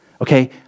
Okay